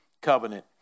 covenant